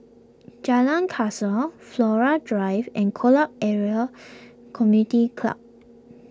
Jalan Kasau Flora Drive and Kolam area Community Club